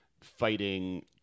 fighting